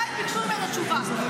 ועדיין ביקשו ממנו תשובה.